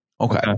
Okay